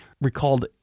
recalled